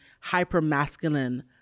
hyper-masculine